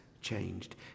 changed